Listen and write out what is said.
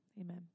Amen